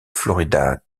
florida